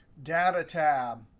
data tab,